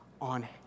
on